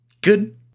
good